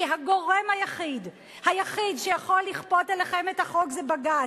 כי הגורם היחיד שיכול לכפות עליכם את החוק זה בג"ץ,